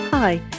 Hi